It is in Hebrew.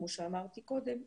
כמו שאמרתי קודם,